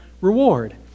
reward